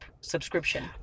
subscription